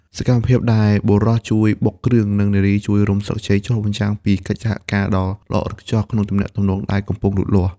សកម្មភាពដែលបុរសជួយបុកគ្រឿង និងនារីជួយរុំស្លឹកចេក ឆ្លុះបញ្ចាំងពីកិច្ចសហការដ៏ល្អឥតខ្ចោះក្នុងទំនាក់ទំនងដែលកំពុងលូតលាស់។